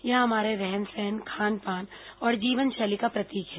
यह हमारे रहन सहन खान पान और जीवनशैली का प्रतीक है